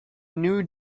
new